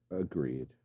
Agreed